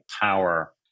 power